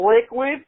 liquid